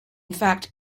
fact